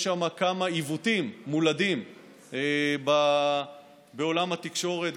יש כמה עיוותים מולדים בעולם התקשורת,